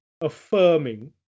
affirming